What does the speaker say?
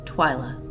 Twyla